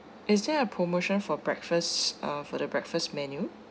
is there a promotion for breakfast uh for the breakfast menu